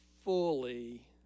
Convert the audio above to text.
fully